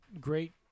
great